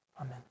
Amen